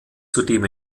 zudem